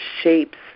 shapes